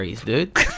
dude